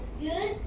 good